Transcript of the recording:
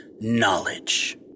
knowledge